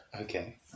Okay